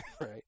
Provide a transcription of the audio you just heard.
right